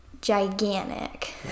gigantic